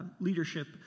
leadership